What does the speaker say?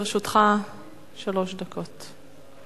לרשותך שלוש דקות.